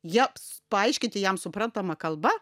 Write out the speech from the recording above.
jiems paaiškinti jam suprantama kalba